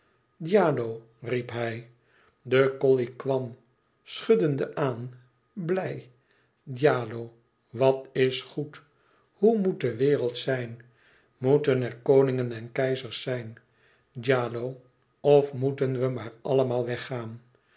djalo riep hij de colley kwam schuddende aan blij djalo wat is goed hoe moet de wereld zijn moeten er koningen en keizers zijn djalo of moeten we maar allemaal weggaan